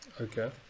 okay